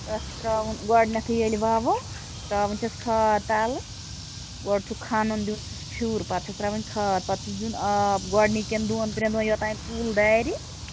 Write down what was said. تَتھ چھُ ترٛاوُن گۄڈنیتھٕے ییٚلہِ ووَو ترٛاوٕنۍ چھَس کھاد تَلہٕ گۄڈٕ چھُ کھنُن دیُن چھُس پھیُر پَتہٕ چھَس ترٛاوٕنۍ کھاد پَتہٕ چھُس دیُن آب گۄڈنِکیٚن دۅہَن ترٛیٚنوَے یوٚتانۍ کُل دَرِ